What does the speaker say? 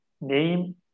name